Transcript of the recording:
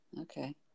Okay